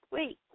Wait